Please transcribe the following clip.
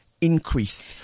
increased